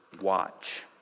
watch